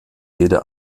jede